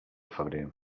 febrer